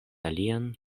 alian